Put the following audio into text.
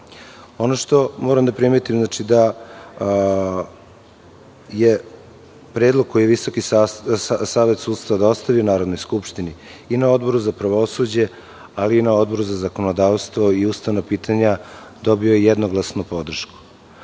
što moram da primetim je da je predlog koji je Visoki savet sudstva dostavio Narodnoj skupštini i na Odboru za pravosuđe, ali i na Odboru za zakonodavstvo i ustavna pitanja, dobio jednoglasnu podršku.